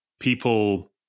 people